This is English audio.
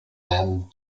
end